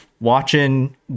watching